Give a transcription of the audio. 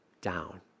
down